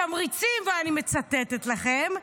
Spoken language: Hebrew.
התמריצים, ואני מצטטת לכם,